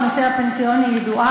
כי המומחיות שלך בנושא הפנסיוני ידועה,